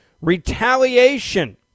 retaliation